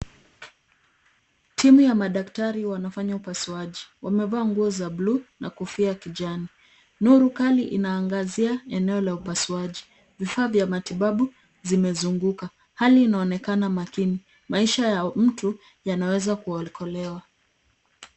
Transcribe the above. Timu ya madaktari wanafanya upasuaji. Wamevaa nguo za bluu na kofia ya kijani. Nuru kali inaangazia eneo la upasuaji. Vifaa za matibabu zimezunguka. Hali hii inaonekana makini. Maisha ya mtu yanaweza kuokolewa.